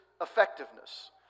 effectiveness